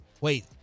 Wait